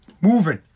moving